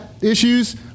issues